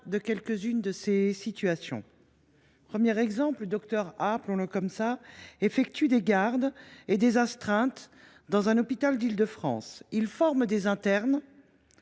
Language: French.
de quelques unes de ces situations. Premier exemple, le docteur A – appelons le ainsi –, effectue des gardes et des astreintes dans un hôpital d’Île de France. Il forme des internes